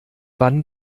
wann